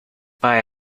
buy